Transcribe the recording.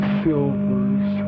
silvers